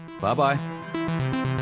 bye-bye